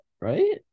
right